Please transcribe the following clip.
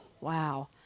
wow